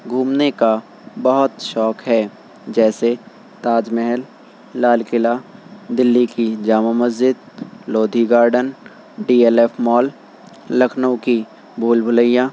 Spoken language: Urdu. گھومنے کا بہت شوق ہے جیسے تاج محل لال قلعہ دلّی کی Jama Masjid Lodhi Garden D L F mall Lucknow کی بھول بھلیاں